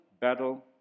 battle